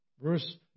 Verse